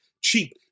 cheap